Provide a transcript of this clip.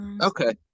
Okay